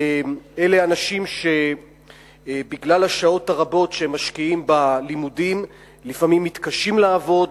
אלה אנשים שבגלל השעות הרבות שהם משקיעים בלימודים לפעמים מתקשים לעבוד,